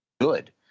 good